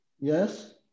Yes